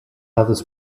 others